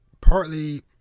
partly